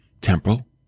temporal